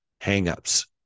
hangups